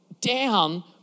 down